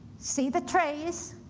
see the trays?